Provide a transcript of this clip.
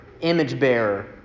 image-bearer